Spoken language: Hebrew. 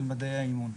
של מדעי האימון,